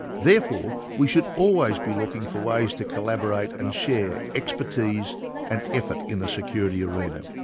therefore we should always be looking for ways to collaborate and share expertise and effort in the security arena.